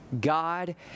God